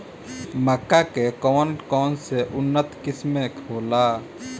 मक्का के कौन कौनसे उन्नत किस्म होला?